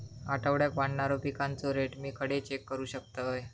आठवड्याक वाढणारो पिकांचो रेट मी खडे चेक करू शकतय?